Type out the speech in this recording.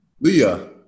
Leah